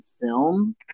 film